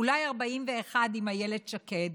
אולי 41 עם איילת שקד.